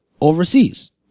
overseas